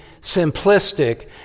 simplistic